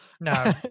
No